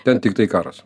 ten tiktai karas